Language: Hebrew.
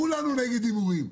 כולנו נגד הימורים.